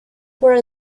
were